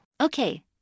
Okay